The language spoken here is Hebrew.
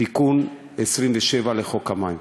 תיקון 27 לחוק המים.